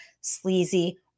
sleazy